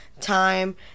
time